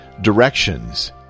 Directions